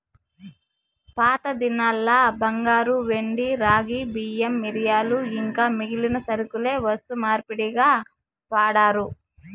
పాతదినాల్ల బంగారు, ఎండి, రాగి, బియ్యం, మిరియాలు ఇంకా మిగిలిన సరకులే వస్తు మార్పిడిగా వాడారు